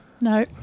No